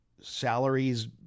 salaries